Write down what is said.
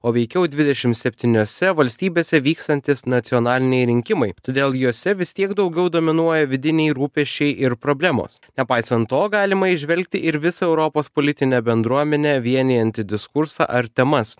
o veikiau dvidešim septyniose valstybėse vykstantys nacionaliniai rinkimai todėl juose vis tiek daugiau dominuoja vidiniai rūpesčiai ir problemos nepaisant to galima įžvelgti ir visą europos politinę bendruomenę vienijantį diskursą ar temas